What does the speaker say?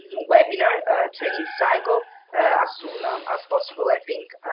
webinar training cycle as soon um as possible, i think,